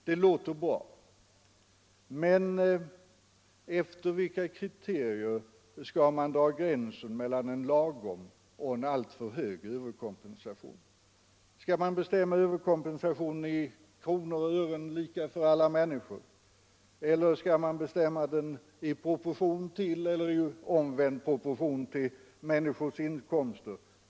Det låter bra. Men efter vilka kriterier skall man dra gränsen mellan en lagom och en alltför stor överkompensation? Skall man bestämma överkompensationen i kronor och ören lika för alla människor? Eller skall man bestämma den i proportion eller omvänd proportion till människors inkomster?